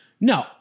no